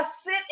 sit